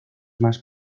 más